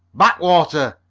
back water!